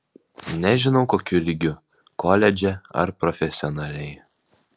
nežinau kokiu lygiu koledže ar profesionaliai